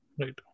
Right